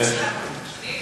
אדוני.